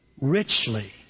richly